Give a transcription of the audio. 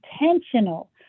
intentional